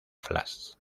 flash